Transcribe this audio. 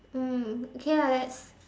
mm okay lah that